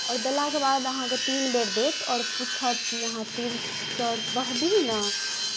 आओर देलाके बाद अहाँकेँ तीन बेर देत आओर पूछत कि अहाँ तिल चाउर बहबिही ने